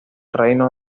reino